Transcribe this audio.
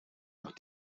nach